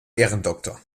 ehrendoktor